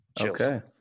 okay